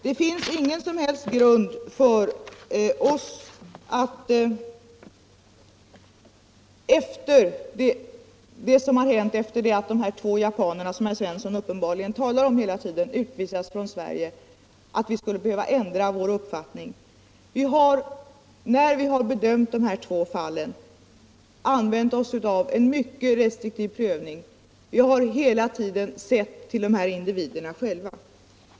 Det finns ingen som helst grund för att vi skulle behöva ändra vår uppfattning efter det som har hänt sedan dessa två japaner — som det uppenbarligen talas om här hela tiden — utvisade från Sverige. När vi har bedömt de båda fallen har vi använt oss av en mycket restriktiv prövning, och vi har hela tiden sett till individerna själva.